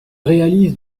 réalise